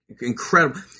Incredible